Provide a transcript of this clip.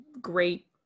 great